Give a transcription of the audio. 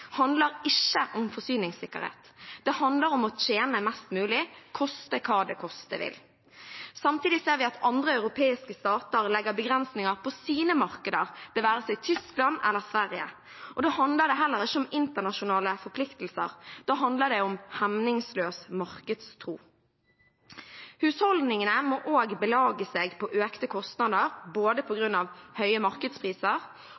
handler ikke om forsyningssikkerhet. Det handler om å tjene mest mulig, koste hva det koste vil. Samtidig ser vi at andre europeiske stater legger begrensninger på sine markeder, det være seg Tyskland eller Sverige, og da handler det heller ikke om internasjonale forpliktelser, da handler det om hemningsløs markedstro. Husholdningene må også belage seg på økte kostnader, både på